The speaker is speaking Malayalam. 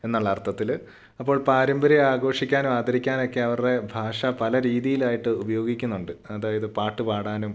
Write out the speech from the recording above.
എന്നുള്ള അർത്ഥത്തിൽ അപ്പോൾ പാരമ്പര്യം ആഘോഷിക്കാനും ആദരിക്കാനൊക്കെ അവരുടെ ഭാഷ പല രീതിയിലായിട്ട് ഉപയോഗിക്കുന്നുണ്ട് അതായത് പാട്ട് പാടാനും